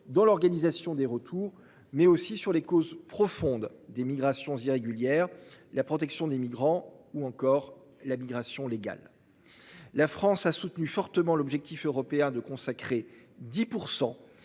dans l'organisation des retours mais aussi sur les causes profondes des migrations irrégulières. La protection des migrants ou encore la migration légale. La France a soutenu fortement l'objectif européen de consacrer 10%